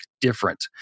different